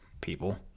People